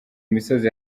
misozi